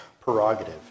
prerogative